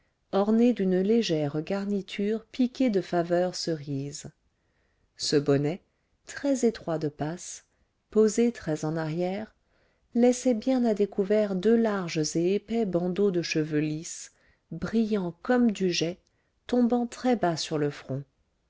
orné d'une légère garniture piquée de faveur cerise ce bonnet très-étroit de passe posé très en arrière laissait bien à découvert deux larges et épais bandeaux de cheveux lisses brillants comme du jais tombant très-bas sur le front